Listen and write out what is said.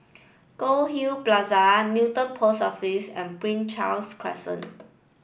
Goldhill Plaza Newton Post Office and Prince Charles Crescent